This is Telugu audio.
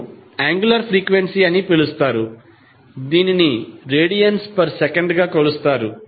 ను యాంగ్యులార్ ఫ్రీక్వెన్సీ అని పిలుస్తారు దీనిని రేడియన్స్ పర్ సెకన్ గా కొలుస్తారు